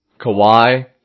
Kawhi